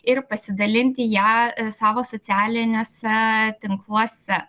ir pasidalinti ja savo socialiniuose tinkluose